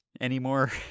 anymore